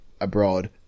abroad